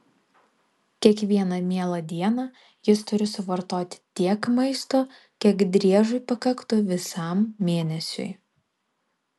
kiekvieną mielą dieną jis turi suvartoti tiek maisto kiek driežui pakaktų visam mėnesiui